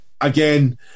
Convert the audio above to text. again